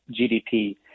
GDP